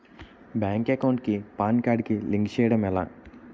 Bank account కి PAN card link చేయడం ఎలా?